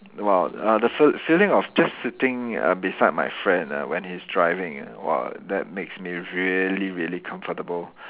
!wow! uh the feel~ feeling of just sitting uh beside my friend ah when he's driving ah !wah! that makes me really really comfortable